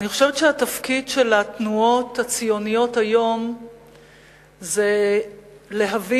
אני חושבת שהתפקיד של התנועות הציוניות היום זה להבין